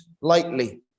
lightly